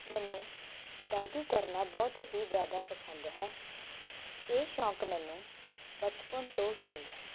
ਮੈਨੂੰ ਗਾਇਕੀ ਕਰਨਾ ਬਹੁਤ ਹੀ ਜ਼ਿਆਦਾ ਪਸੰਦ ਹੈ ਇਹ ਸ਼ੌਕ ਮੈਨੂੰ ਬਚਪਨ ਤੋਂ ਹੀ ਹੈ